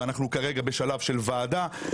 ואנחנו כרגע בשלב של וועדה.